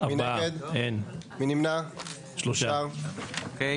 4 נמנעים 3 אושר.